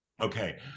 Okay